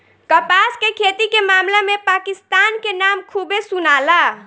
कपास के खेती के मामला में पाकिस्तान के नाम खूबे सुनाला